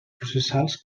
processals